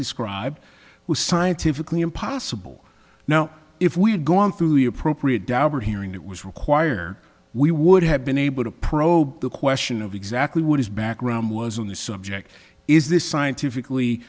described was scientifically impossible now if we had gone through the appropriate dauber hearing it was required we would have been able to probe the question of exactly what his background was on the subject is this scientifically